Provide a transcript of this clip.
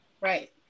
Right